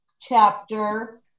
chapter